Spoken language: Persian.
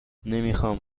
نمیخام